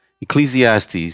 Ecclesiastes